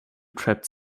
trapped